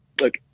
Look